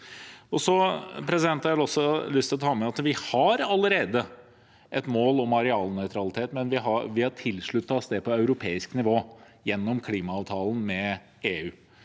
Jeg har også lyst til å ta med at vi allerede har et mål om arealnøytralitet, men vi har tilsluttet oss det på europeisk nivå gjennom klimaavtalen med EU.